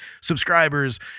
subscribers